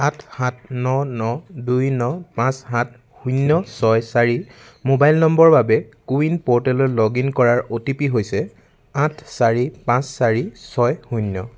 আঠ সাত ন ন দুই ন পাঁচ সাত শূন্য ছয় চাৰি মোবাইল নম্বৰৰ বাবে কো ৱিন প'ৰ্টেলত লগ ইন কৰাৰ অ'টিপি হৈছে আঠ চাৰি পাঁচ চাৰি ছয় শূন্য